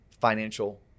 financial